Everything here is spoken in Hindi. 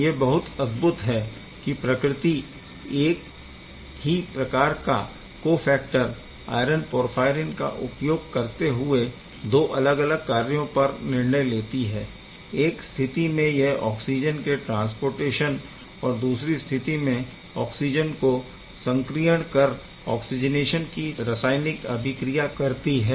यह बहुत अद्भुत है कि प्रकृति एक ही प्रकार का को फ़ैक्टर आयरन पोरफ़ायरिन का उपयोग करते हुआ दो अलग अलग कार्यों पर निर्णय लेती है एक स्थिति में यह ऑक्सिजन के ट्रांसपोर्टटेशन और दूसरी स्थिति में ऑक्सिजन को सक्रियण कर ऑक्सीजनेशन की रासायनिक अभिक्रिया करती हैं